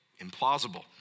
implausible